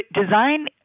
Design